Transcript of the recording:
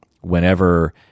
whenever